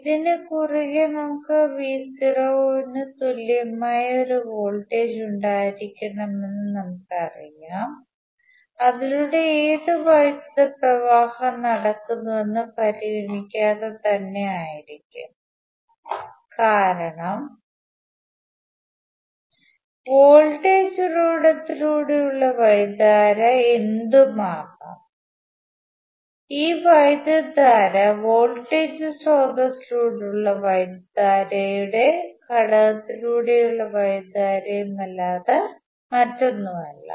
ഇതിനു കുറുകെ നമുക്ക് Vo ന് തുല്യമായ ഒരു വോൾട്ടേജ് ഉണ്ടായിരിക്കുമെന്ന് നമ്മുക്കറിയാം അതിലൂടെ ഏത് വൈദ്യുത പ്രവാഹം നടക്കുന്നുവെന്നത് പരിഗണിക്കാതെ തന്നെ ആയിരിക്കും കാരണം വോൾട്ടേജ് ഉറവിടത്തിലൂടെയുള്ള വൈദ്യുതധാര എന്തും ആകാം ഈ വൈദ്യുതധാര വോൾട്ടേജ് സ്രോതസ്സിലൂടെയുള്ള വൈദ്യുതധാരയും ഘടകത്തിലൂടെയുള്ള വൈദ്യുതധാരയുമല്ലാതെ മറ്റൊന്നുമല്ല